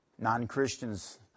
Non-Christians